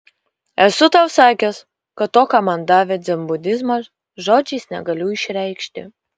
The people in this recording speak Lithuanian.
esu tau sakęs kad to ką man davė dzenbudizmas žodžiais negaliu išreikšti